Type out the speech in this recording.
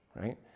right